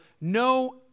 no